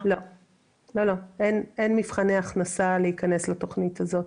לא לא, אין מבחני הכנסה להיכנס לתכנית הזאת,